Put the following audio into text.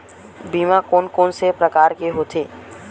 बीमा कोन कोन से प्रकार के होथे?